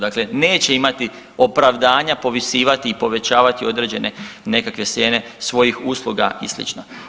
Dakle, neće imati opravdanja povisivati i povećavati određene nekakve cijene svojih usluga i slično.